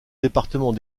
département